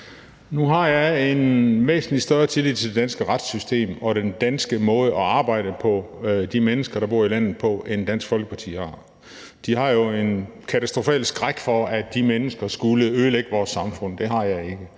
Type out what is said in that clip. Nu har jeg en væsentlig større tillid til det danske retssystem og den danske måde at arbejde på og til de mennesker, der bor i landet, end Dansk Folkeparti har. De har jo en katastrofal skræk for, at de mennesker skulle ødelægge vores samfund. Det har jeg ikke.